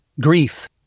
grief